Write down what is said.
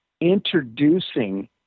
introducing